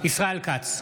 ישראל כץ,